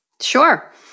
Sure